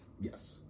yes